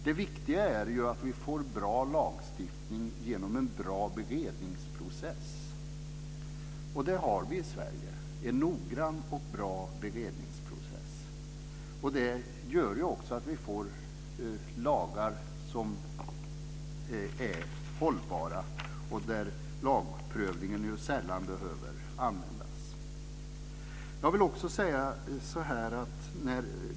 Det viktiga är att vi får en bra lagstiftning genom en bra beredningsprocess. Vi har en noggrann och bra beredningsprocess i Sverige. Det gör att vi får lagar som är hållbara och där lagprövningen sällan behöver användas.